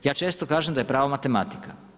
Ja često kažem da je pravo matematika.